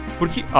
porque